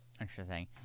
Interesting